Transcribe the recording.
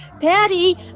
Patty